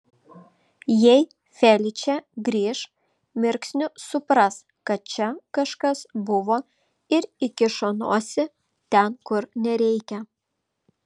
jei feličė grįš mirksniu supras kad čia kažkas buvo ir įkišo nosį ten kur nereikia